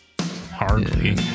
Hardly